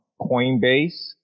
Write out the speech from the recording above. Coinbase